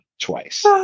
twice